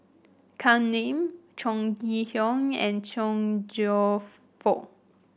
Kam Ning Chong Kee Hiong and Chong Cheong Fook